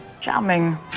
Charming